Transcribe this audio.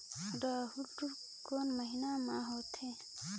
रेहेण कोन महीना म होथे?